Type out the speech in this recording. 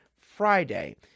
Friday